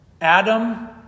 Adam